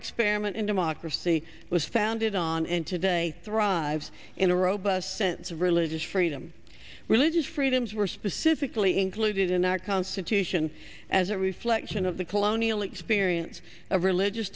experiment in democracy was founded on and today thrives in a robust sense of religious freedom religious freedoms were specifically included in our constitution as a reflection of the colonial experience of religious